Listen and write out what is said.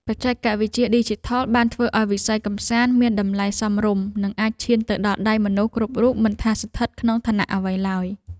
បច្ចេកវិទ្យាឌីជីថលបានធ្វើឱ្យវិស័យកម្សាន្តមានតម្លៃសមរម្យនិងអាចឈានទៅដល់ដៃមនុស្សគ្រប់រូបមិនថាស្ថិតក្នុងឋានៈអ្វីឡើយ។